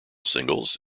singles